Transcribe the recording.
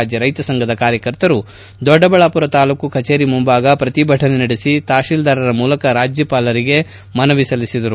ರಾಜ್ಜ ರೈತ ಸಂಘದ ಕಾರ್ಕಕರ್ತರು ದೊಡ್ಡಬಳ್ಳಾಪುರ ತಾಲೂಕು ಕಚೇರಿ ಮುಂಭಾಗ ಪ್ರತಿಭಟನೆ ನಡೆಸಿ ತಹಬೀಲ್ದಾರರ ಮೂಲಕ ರಾಜ್ಯಪಾಲರಿಗೆ ಮನವಿ ಸಲ್ಲಿಸಿದರು